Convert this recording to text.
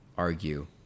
Argue